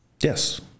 Yes